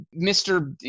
Mr